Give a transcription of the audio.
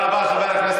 למה?